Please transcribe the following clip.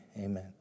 Amen